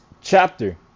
chapter